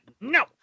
no